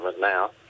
now